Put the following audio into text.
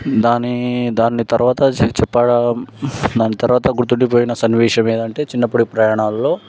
దాని దాని తర్వాత చెప్పా దాని తర్వాత గుర్తుండిపోయిన సన్నివేశం ఏంటంటే చిన్నప్పటి ప్రయాణాలలో